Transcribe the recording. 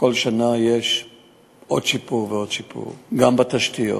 כל שנה יש עוד שיפור ועוד שיפור: גם בתשתיות,